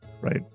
right